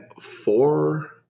four